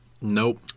Nope